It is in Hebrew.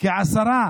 כעשרה